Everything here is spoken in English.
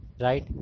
Right